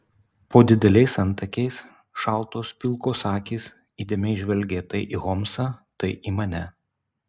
po dideliais antakiais šaltos pilkos akys įdėmiai žvelgė tai į holmsą tai į mane